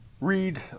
read